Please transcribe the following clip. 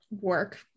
work